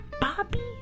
Bobby